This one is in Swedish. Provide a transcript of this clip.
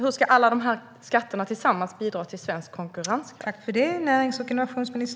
Hur ska alla de här skatterna tillsammans bidra till svensk konkurrenskraft?